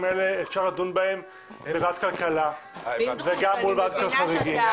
האלה בוועדת החוקה ומול ועדת החריגים.